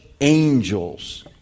angels